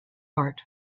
heart